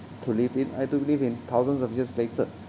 to live in uh to live in thousands of years later